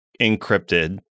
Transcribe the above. encrypted